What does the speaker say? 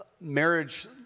marriage